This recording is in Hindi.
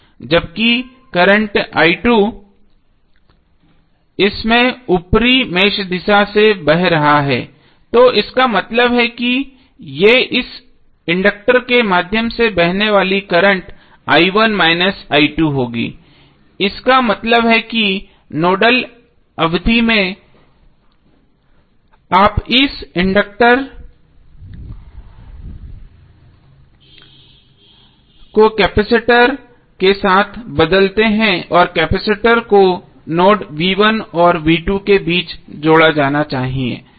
जबकि करंट i2 इस में ऊपरी मेष दिशा से बह रहा है तो इसका मतलब है कि ये इस इंडक्टर के माध्यम से बहने वाली करंट i1 माइनस i2 होगी इसका मतलब है कि नोडल अवधि में आप इस इंडक्टर को कैपेसिटर के साथ बदलते हैं कैपेसिटर को नोड v1 और v2 के बीच जोड़ा जाना चाहिए